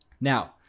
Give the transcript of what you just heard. now